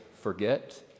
forget